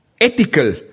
ethical